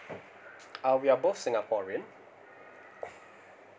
uh we are both singaporean